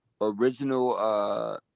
original